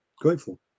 Grateful